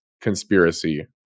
conspiracy